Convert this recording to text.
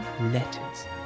letters